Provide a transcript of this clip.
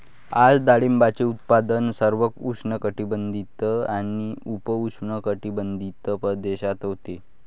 आज डाळिंबाचे उत्पादन सर्व उष्णकटिबंधीय आणि उपउष्णकटिबंधीय प्रदेशात होते